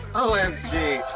o m g!